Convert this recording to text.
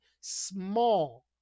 small